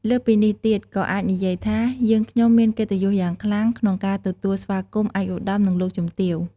លើសពីនេះទៀត ក៏អាចនិយាយថា "យើងខ្ញុំមានកិត្តិយសយ៉ាងខ្លាំងក្នុងការទទួលស្វាគមន៍ ឯកឧត្តម និងលោកជំទាវ"។